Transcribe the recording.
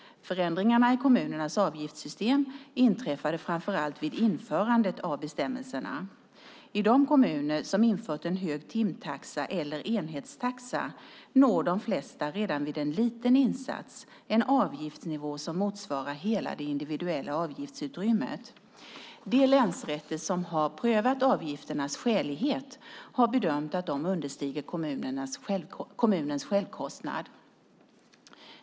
Förändringarna i kommunernas avgiftssystem inträffade framför allt vid införandet av bestämmelserna. I de kommuner som infört en hög timtaxa eller enhetstaxa når de flesta redan vid en liten insats en avgiftsnivå som motsvarar hela det individuella avgiftsutrymmet. De länsrätter som har prövat avgifternas skälighet har bedömt att de understiger kommunens självkostnad.